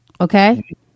okay